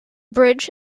bridge